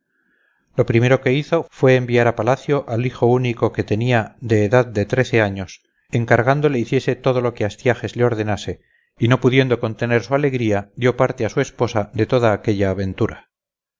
lo primero que hizo fue enviar a palacio al hijo único que tenía de edad de trece años encargándole hiciese todo lo que astiages le ordenase y no pudiendo contener su alegría dio parte a su esposa de toda aquella aventura